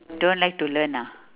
don't like to learn ah